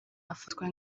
afatwa